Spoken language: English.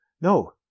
No